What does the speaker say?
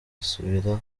asabira